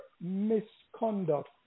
misconduct